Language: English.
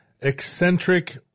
eccentric